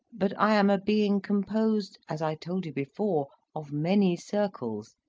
but i am a being composed, as i told you before, of many circles,